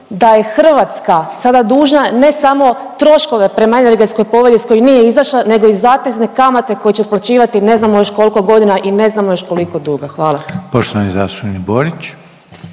da je Hrvatska sada dužna ne samo troškove prema Energetskoj povelji iz koje nije izašla nego i zatezne kamate koje će otplaćivati ne znamo još kolko godina i ne znamo još koliko duga, hvala.